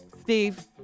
Steve